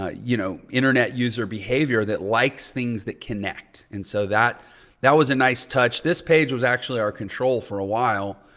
ah you know, internet user behavior that likes things that connect. and so that that was a nice touch. this page was actually our control for a while.